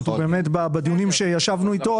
בדיונים שישבנו איתו,